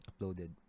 uploaded